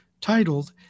titled